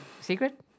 Secret